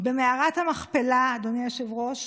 במערת המכפלה, אדוני היושב-ראש,